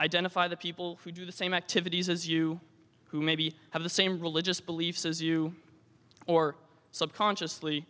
identify the people who do the same activities as you who maybe have the same religious beliefs as you or subconsciously